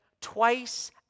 twice